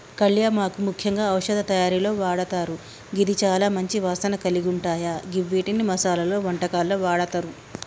కళ్యామాకు ముఖ్యంగా ఔషధ తయారీలో వాడతారు గిది చాల మంచి వాసన కలిగుంటాయ గివ్విటిని మసాలలో, వంటకాల్లో వాడతారు